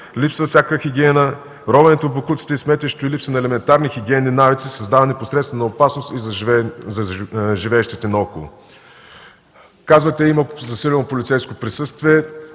Липсва всякаква хигиена. Ровенето в боклуците и сметището и липса на елементарни хигиенни навици създава непосредствена опасност и за живеещите наоколо. Казвате, че има засилено полицейско присъствие.